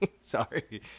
Sorry